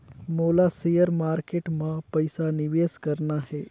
मोला share market मां पइसा निवेश करना हे?